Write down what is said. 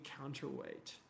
counterweight